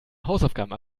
hausaufgaben